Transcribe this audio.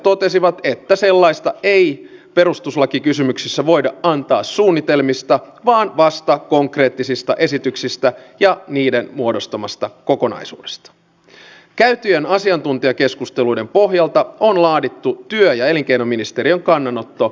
jos näitä henkilöitä ei olisi saatu näihin vastaanottokeskuksiin jos palautuksia ei hoideta fiksusti tämä homma karkaa käsistä ja toistaiseksi ainakin viranomaiset ovat toimineet hyvin